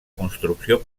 construcció